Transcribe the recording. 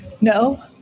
No